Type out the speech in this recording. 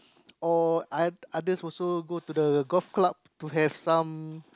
or oth~ others also go to the golf club to have some